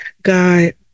god